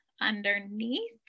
underneath